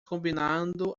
combinando